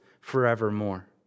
forevermore